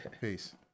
Peace